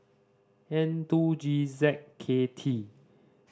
N two G Z K T